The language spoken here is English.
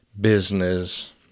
Business